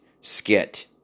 skit